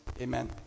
amen